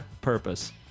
purpose